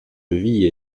levis